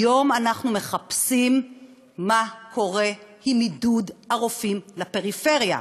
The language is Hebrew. היום אנחנו מחפשים מה קורה עם עידוד הרופאים לפריפריה.